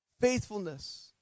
Faithfulness